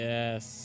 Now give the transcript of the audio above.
Yes